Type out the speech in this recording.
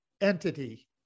entity